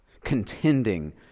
contending